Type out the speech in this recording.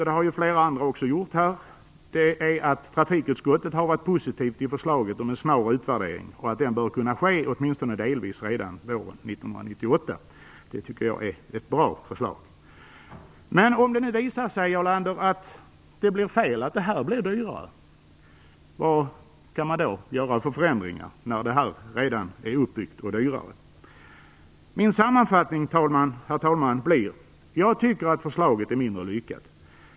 Det har flera andra också gjort. Trafikutskottet har varit positivt till förslaget om en snar utvärdering. Den bör kunna ske åtminstone delvis redan våren 1998. Det tycker jag är ett bra förslag. Men tänk om det nu visar sig, Jarl Lander, att det blir fel och att detta förslag blir dyrare. Vad kan man göra för förändringar när detta system redan är uppbyggt? Min sammanfattning, herr talman, blir följande: Jag tycker att förslaget är mindre lyckat.